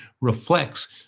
reflects